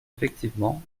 effectivement